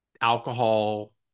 alcohol